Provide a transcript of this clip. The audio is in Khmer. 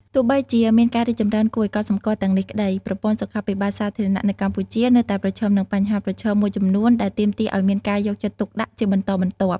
ទោះបីជាមានការរីកចម្រើនគួរឱ្យកត់សម្គាល់ទាំងនេះក្ដី ប្រព័ន្ធសុខាភិបាលសាធារណៈនៅកម្ពុជានៅតែប្រឈមនឹងបញ្ហាប្រឈមមួយចំនួនដែលទាមទារឱ្យមានការយកចិត្តទុកដាក់ជាបន្តបន្ទាប់។